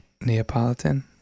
Neapolitan